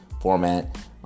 format